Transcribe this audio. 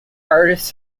artists